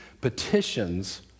petitions